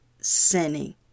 sinning